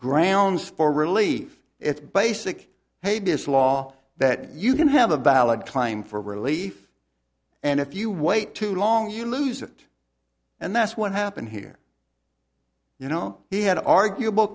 grounds for relief it's basic hey this law that you can have a valid claim for relief and if you wait too long you lose it and that's what happened here you know he had arguable